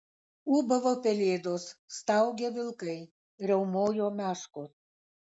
ūbavo pelėdos staugė vilkai riaumojo meškos